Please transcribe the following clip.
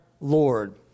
Lord